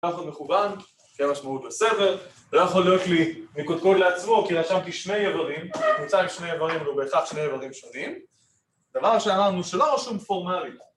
‫לא יכול להיות מכוון, ‫כי אין משמעות לסדר, ‫לא יכול להיות לי מקודקוד לעצמו, ‫כי רשמתי שני איברים, ‫ממוצע עם שני איברים, ‫הוא בהכרח שני איברים שונים. ‫דבר שאמרנו, שלא רשום פורמלית.